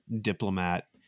diplomat